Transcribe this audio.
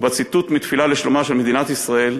ובציטוט מהתפילה לשלומה של מדינת ישראל: